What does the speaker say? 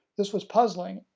this was puzzling,